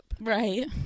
Right